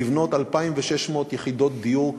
לבנות 2,600 יחידות דיור קטנות,